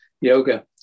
yoga